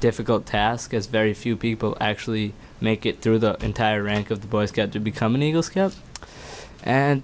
difficult task as very few people actually make it through the entire rank of the boys get to become an eagle scout and